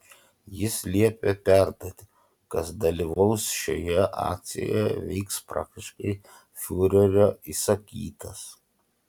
jis liepė perduoti kas dalyvaus šioje akcijoje veiks praktiškai fiurerio įsakytas